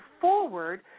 forward